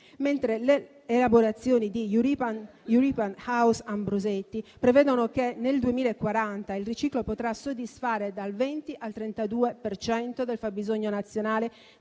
mentre le elaborazioni di The European House Ambrosetti prevedono che nel 2040 il riciclo potrà soddisfare dal 20 al 32 per cento il fabbisogno nazionale